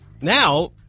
now